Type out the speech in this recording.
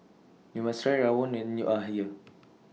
YOU must Try Rawon when YOU Are here